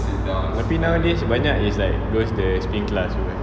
tapi nowadays banyak is like those the spin class semua